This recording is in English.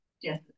Yes